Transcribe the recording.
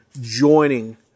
joining